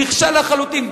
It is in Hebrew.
נכשל לחלוטין.